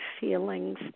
feelings